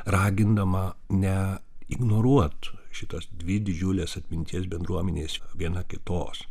ragindama ne ignoruot šitas dvi didžiules atminties bendruomenes viena kitos